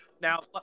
Now